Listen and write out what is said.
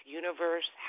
universe